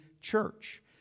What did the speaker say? Church